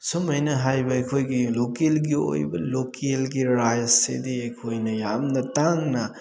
ꯁꯨꯝꯃꯥꯏꯅ ꯍꯥꯏꯕ ꯑꯩꯈꯣꯏꯒꯤ ꯂꯣꯀꯦꯜꯒꯤ ꯑꯣꯏꯕ ꯂꯣꯀꯦꯜꯒꯤ ꯔꯥꯏꯁꯁꯤꯗꯤ ꯑꯩꯈꯣꯏꯅ ꯌꯥꯝꯅ ꯇꯥꯡꯅ